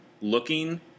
Looking